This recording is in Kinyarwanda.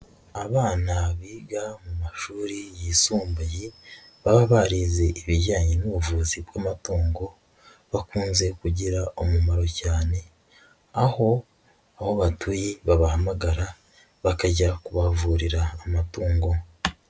Abana biga mu mashuri yisumbuye baba barize ibijyanye n'ubuvuzi bw'amatungo, bakunze kugira umumaro cyane, aho aho batuye babahamagara bakajya kubavurira amatungo.